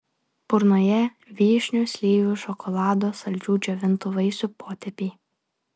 burnoje vyšnių slyvų šokolado saldžių džiovintų vaisių potėpiai